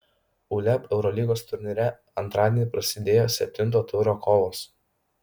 uleb eurolygos turnyre antradienį prasidėjo septinto turo kovos